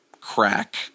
crack